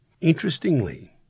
Interestingly